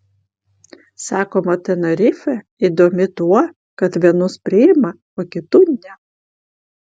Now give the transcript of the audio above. sakoma tenerifė įdomi tuo kad vienus priima o kitų ne